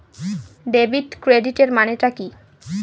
Debit ক্রেডিটের মানে টা কি?